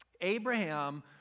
Abraham